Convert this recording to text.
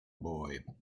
boy